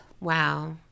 Wow